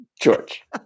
George